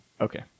Okay